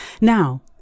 Now